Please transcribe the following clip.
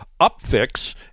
Upfix